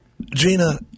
Gina